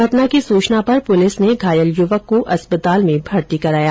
घटना की सूचना पर पुलिस ने घायल युवक को अस्पताल में भर्ती कराया